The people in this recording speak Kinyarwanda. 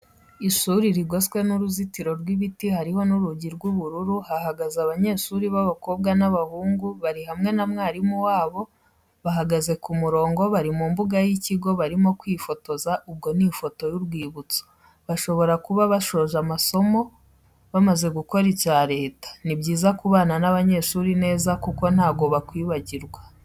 Ishuri rigoswe n'uruzitiro rw'ibiti hariho nurugi rw,ubururu hahagaze banyeshuri babakobwa n,ababahungu barihamwe namwarimu wabo bahagaze kumurongo bari mumbuga y'ikigo barimo kwifotoza ubwo n'ifoto y'urwibutso bashobora kuba bashoje amasomo bamaze gukora icya leta nibyiza kubana n'abanyeshuri neza kuko ntabwo bakwibagirwa.